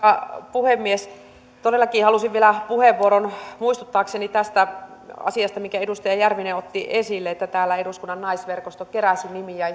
puhemies todellakin halusin vielä puheenvuoron muistuttaakseni tästä asiasta minkä edustaja järvinen otti esille täällä eduskunnan naisverkosto keräsi nimiä